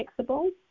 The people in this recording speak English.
fixable